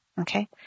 okay